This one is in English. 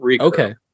Okay